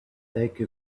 take